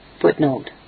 Footnote